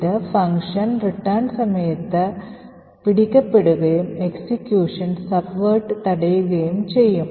ഇത് function return സമയത്ത് പിടിക്കപ്പെടുകയും എക്സിക്യൂഷന്റെ അട്ടിമറി തടയുകയും ചെയ്യും